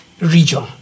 region